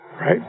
right